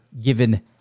given